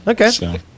Okay